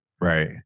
Right